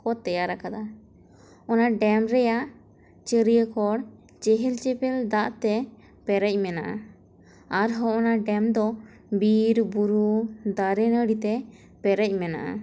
ᱠᱚ ᱛᱮᱭᱟᱨ ᱟᱠᱟᱫᱟ ᱚᱱᱟ ᱰᱮᱢ ᱨᱮᱭᱟᱜ ᱪᱟᱹᱨᱤᱭᱟᱹ ᱠᱚᱬ ᱪᱮᱦᱮᱞ ᱪᱮᱯᱮᱞ ᱫᱟᱜ ᱛᱮ ᱯᱮᱨᱮᱡ ᱢᱮᱱᱟᱜᱼᱟ ᱟᱨ ᱦᱚᱸ ᱚᱱᱟ ᱰᱮᱢ ᱫᱚ ᱵᱤᱨ ᱵᱩᱨᱩ ᱫᱟᱨᱮ ᱱᱟᱹᱲᱤ ᱛᱮ ᱯᱮᱨᱮᱡ ᱢᱮᱱᱟᱜᱼᱟ